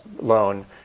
loan